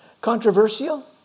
controversial